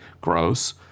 gross